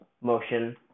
motion